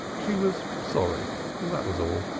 she was sorry that was all.